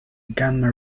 gamma